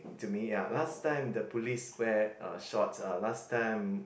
to me ya last time the police wear uh shorts uh last time